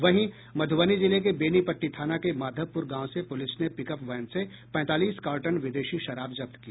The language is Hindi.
वहीं मध्रबनी जिले के बेनीपट्टी थाना के माधवपूर गांव से पूलिस ने पिकअप वैन से पैंतालीस कार्टन विदेशी शराब जब्त की